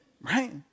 Right